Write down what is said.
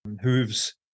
hooves